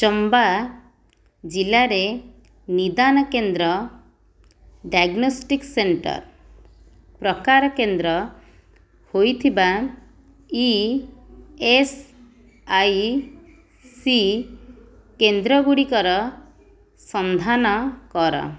ଚମ୍ବା ଜିଲ୍ଲାରେ ନିଦାନ କେନ୍ଦ୍ର ଡାଇଗ୍ନୋଷ୍ଟିକ୍ ସେଣ୍ଟର୍ ପ୍ରକାର କେନ୍ଦ୍ର ହୋଇଥିବା ଇ ଏସ୍ ଆଇ ସି କେନ୍ଦ୍ର ଗୁଡ଼ିକର ସନ୍ଧାନ କର